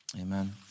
Amen